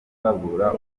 babura